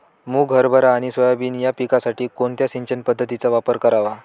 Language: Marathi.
मुग, हरभरा आणि सोयाबीन या पिकासाठी कोणत्या सिंचन पद्धतीचा वापर करावा?